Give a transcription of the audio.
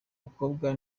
mukobwa